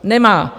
Nemá.